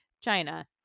China